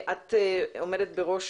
את עומדת בראש